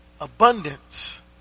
Abundance